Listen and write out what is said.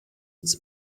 its